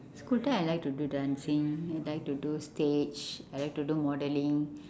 school time I like to do dancing I like to do stage I like to do modelling